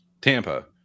tampa